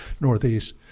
Northeast